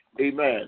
amen